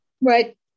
right